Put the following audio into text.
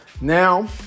Now